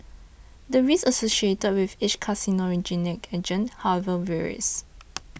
the risk associated with each carcinogenic agent however varies